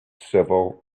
civil